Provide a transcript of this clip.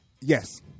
Yes